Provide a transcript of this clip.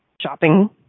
shopping